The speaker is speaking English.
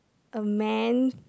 a man